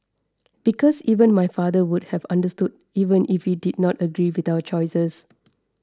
because even my father would have understood even if he did not agree with our choices